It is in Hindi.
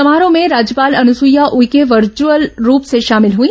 समारोह में राज्यपाल अनुसुईया उइके वर्च्यअल रूप से शामिल हुई